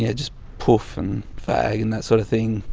yeah just poof and fag and that sort of thing,